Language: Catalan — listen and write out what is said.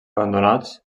abandonats